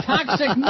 Toxic